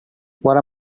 what